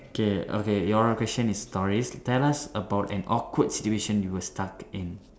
okay okay your question is stories tell us about an awkward situation you were stuck in